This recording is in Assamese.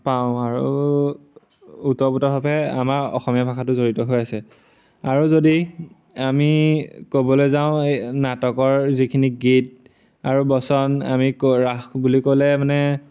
পাওঁ আৰু ওতপ্ৰোতভাৱে আমাৰ অসমীয়া ভাষাটো জড়িত হৈ আছে আৰু যদি আমি ক'বলৈ যাওঁ এই নাটকৰ যিখিনি গীত আৰু বচন আমি ৰাস বুলি ক'লে মানে